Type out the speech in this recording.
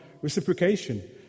reciprocation